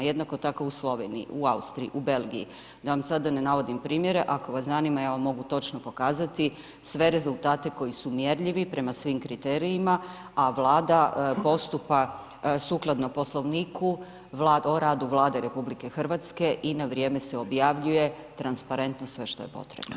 Jednako tako u Sloveniji, u Austriji, u Belgiji, da vam sada ne navodim primjere, ako vas zanima ja vam mogu točno pokazati sve rezultate koji su mjerljivi prema svim kriterijima a Vlada postupa sukladno Poslovniku o radu Vlade RH i na vrijeme se objavljuje transparentno sve što je potrebno.